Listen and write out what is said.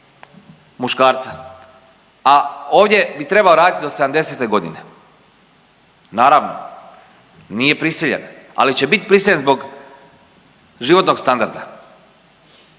muškarca, a ovdje bi trebao raditi do 70-te godine. Naravno nije prisiljen, ali će biti prisiljen zbog životnog standarda.